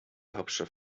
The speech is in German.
hauptstadt